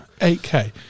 8k